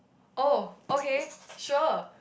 oh okay sure